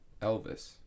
Elvis